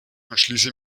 schließe